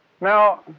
Now